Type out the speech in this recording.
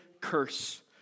curse